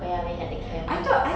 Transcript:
oh ya we had the camp